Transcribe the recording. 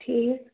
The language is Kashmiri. ٹھیٖک